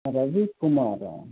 Rajith Kumara